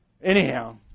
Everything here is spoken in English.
Anyhow